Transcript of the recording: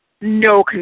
no